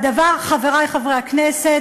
הדבר, חברי חברי הכנסת,